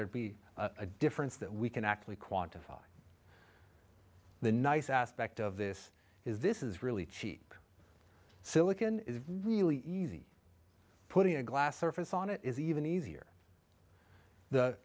there'd be a difference that we can actually quantify the nice aspect of this is this is really cheap silicon is really easy putting a glass surface on it is even easier the